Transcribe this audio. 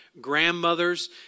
grandmothers